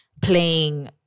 playing